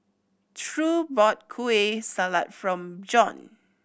True bought Kueh Salat from Bjorn